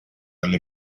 alle